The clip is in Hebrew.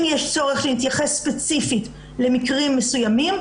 אם יש צורך להתייחס ספציפית למקרים מסוימים,